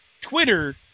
Twitter